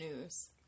news